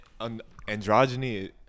Androgyny